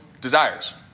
desires